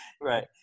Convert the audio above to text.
Right